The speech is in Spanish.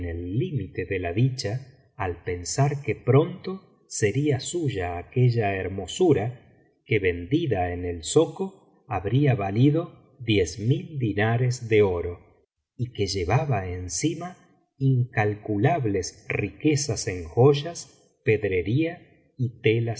el límite de la dicha al pensar que pronto sería suya aquella hermosura que vendida en el zoco habría valido diez mil dinares de oro y que llevaba encima incalculables riquezas en joyas pedrería y telas